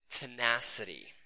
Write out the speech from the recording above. tenacity